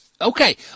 Okay